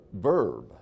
verb